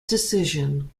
decision